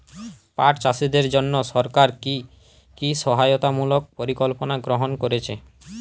পাট চাষীদের জন্য সরকার কি কি সহায়তামূলক পরিকল্পনা গ্রহণ করেছে?